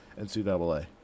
NCAA